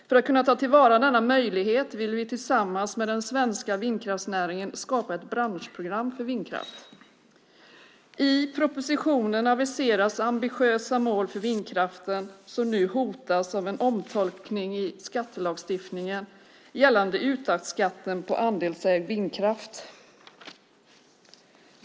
För att kunna ta till vara denna möjlighet vill vi tillsammans med den svenska vindkraftsnäringen skapa ett branschprogram för vindkraft. I propositionen aviseras ambitiösa mål för vindkraften som nu hotas av en omtolkning i skattelagstiftningen gällande uttagsbeskattning på andelsägd vindkraft.